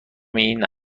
این